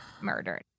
murdered